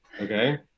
Okay